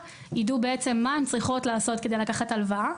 תדענה מה הן צריכות לעשות כדי לקחת הלוואה.